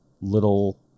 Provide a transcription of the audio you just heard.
little